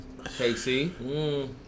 KC